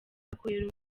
akorera